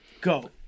Go